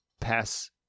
pass